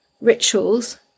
rituals